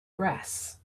grass